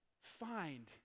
find